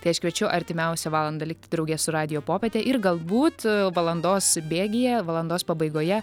tai aš kviečiu artimiausią valandą likti drauge su radijo popiete ir galbūt valandos bėgyje valandos pabaigoje